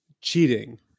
cheating